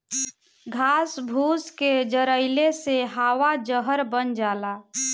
घास फूस के जरइले से हवा जहर बन जाला